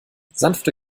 sanfte